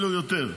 אפילו יותר.